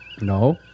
No